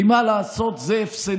כי מה לעשות, זה הפסדי,